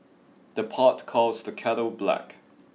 the pot calls the kettle black